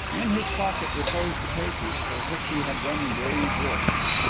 in his pocket reposed the papers for which he had run grave risks.